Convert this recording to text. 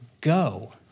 go